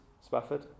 Spafford